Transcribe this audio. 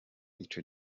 ico